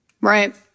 Right